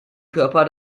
körper